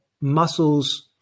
muscles